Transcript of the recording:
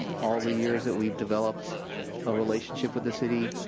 all the years that we developed a relationship with the city,